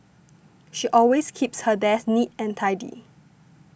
she always keeps her desk neat and tidy